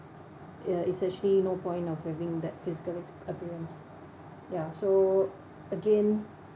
ya it's actually no point lah having that physical ex~ appearance ya so again